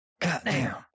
Goddamn